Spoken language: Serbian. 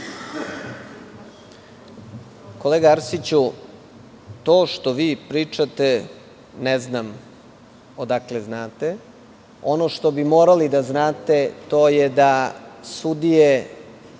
Kolega Arsiću, to što vi pričate ne znam odakle znate. Ono što bi morali da znate, to je da sudije